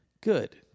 Good